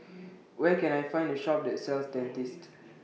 Where Can I Find A Shop that sells Dentiste